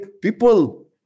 people